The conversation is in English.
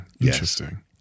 Interesting